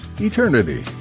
eternity